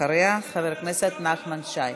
אחריה, חבר הכנסת נחמן שי.